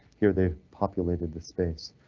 here they populated the space.